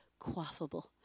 quaffable